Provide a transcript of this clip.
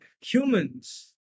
humans